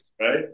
right